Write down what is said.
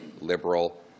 liberal